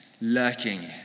lurking